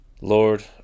lord